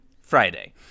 friday